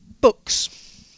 books